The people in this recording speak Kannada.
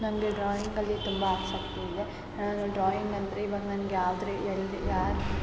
ನಂಗೆ ಡ್ರಾಯಿಂಗಲ್ಲಿ ತುಂಬ ಆಸಕ್ತಿ ಇದೆ ನಾನು ಡ್ರಾಯಿಂಗ್ ಅಂದರೆ ಇವಾಗ ನನಗೆ ಯಾವುದೇ ಎಲ್ಲಿ ಯಾರು